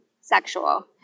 sexual